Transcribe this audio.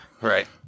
Right